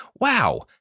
Wow